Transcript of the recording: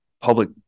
public